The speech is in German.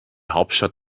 hauptstadt